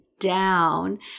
Down